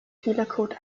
fehlercode